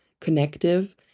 connective